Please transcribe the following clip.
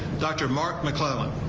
doctor mark mcclellan.